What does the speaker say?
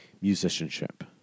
musicianship